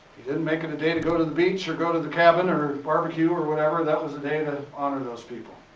you didn't make it a day to and go to the beach or go to the cabin or barbecue or whatever. that was a day and to honor those people.